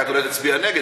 את אולי תצביעי נגד,